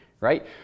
right